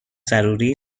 ضروری